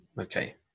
Okay